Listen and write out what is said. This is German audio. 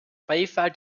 beifall